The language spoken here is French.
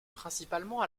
principalement